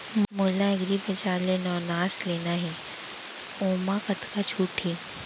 मोला एग्रीबजार ले नवनास लेना हे ओमा कतका छूट हे?